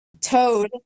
Toad